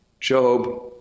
Job